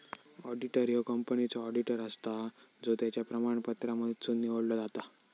auditor ह्यो कंपनीचो auditor असता जो त्याच्या प्रमाणपत्रांमधसुन निवडलो जाता